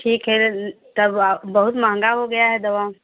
ठीक है तब आप बहुत महँगा हो गया है दवा